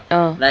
ah